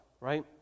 right